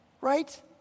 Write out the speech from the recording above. Right